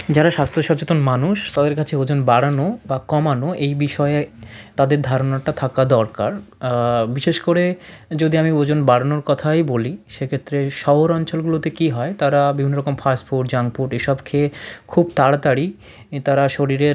যারা স্বাস্থ্য সচেতন মানুষ তাদের কাছে ওজন বাড়ানো বা কমানো এই বিষয়ে তাদের ধারণাটা থাকা দরকার বিশেষ করে যদি আমি ওজন বাড়ানোর কথাই বলি সেক্ষেত্রে শহর অঞ্চলগুলোতে কী হয় তারা বিভিন্ন রকম ফাস্ট ফুড জাঙ্ক ফুড এসব খেয়ে খুব তাড়াতাড়ি তারা শরীরের